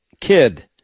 kid